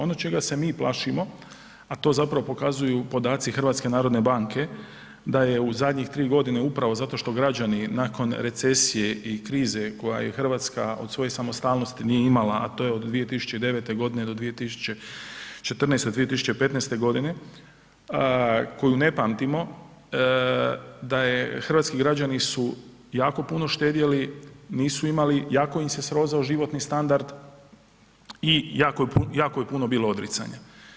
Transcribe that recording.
Ono čega se mi plašimo, a to zapravo pokazuju podaci HNB-a da je u zadnjih 3.g. upravo zato što građani nakon recesije i krize koja je RH od svoje samostalnosti nije imala, a to je od 2009.g. do 2014.-2015.g. koju ne pamtimo, da je hrvatski građani su jako puno štedjeli, nisu imali, jako im se srozao životni standard i jako je puno bilo odricanja.